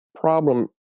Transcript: problem